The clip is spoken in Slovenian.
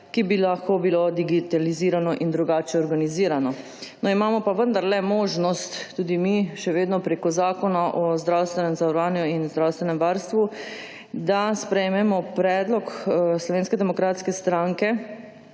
ki bi lahko bilo digitalizirano in drugače organizirano. No, imamo pa vendarle možnost tudi mi še vedno preko Zakona o zdravstvenem varstvu in zdravstvenem zavarovanju, da sprejmemo predlog Slovenske demokratske stranke,